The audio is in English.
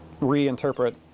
reinterpret